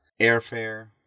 airfare